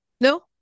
No